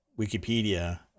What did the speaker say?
Wikipedia